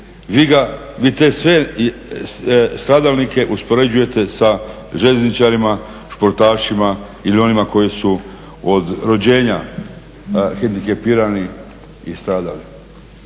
Vi te sve stradalnike uspoređujete sa željezničarima, sportašima ili onima koji su od rođenja hendikepirani i stradali.